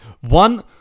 one